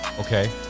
okay